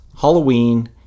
Halloween